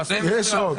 תעשו 21. יש חוק.